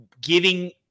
giving